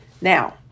Now